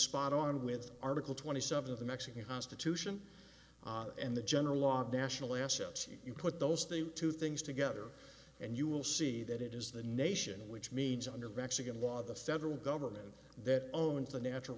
spot on with article twenty seven of the mexican constitution and the general law of national assets if you put those two things together and you will see that it is the nation which means under rex again law the federal government that owns the natural